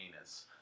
anus